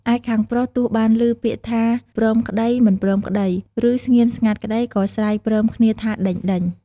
ឯខាងប្រុសទោះបានឮពាក្យថា ព្រមក្តី មិនព្រមក្តី ឬស្ងៀមស្ងាត់ក្តី ក៏ស្រែកព្រមគ្នាថា ដេញៗ។